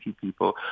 people